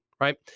right